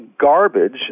garbage